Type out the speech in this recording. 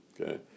Okay